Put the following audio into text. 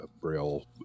Braille